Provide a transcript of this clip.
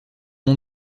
mon